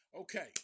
Okay